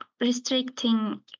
restricting